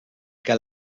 que